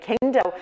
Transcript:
Kingdom